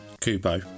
Kubo